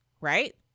right